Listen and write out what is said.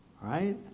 right